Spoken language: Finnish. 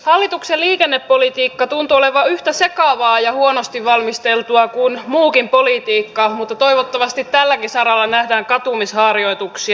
hallituksen liikennepolitiikka tuntuu olevan yhtä sekavaa ja huonosti valmisteltua kuin muukin politiikka mutta toivottavasti tälläkin saralla nähdään katumisharjoituksia